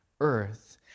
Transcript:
earth